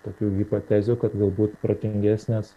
tokių hipotezių kad galbūt protingesnės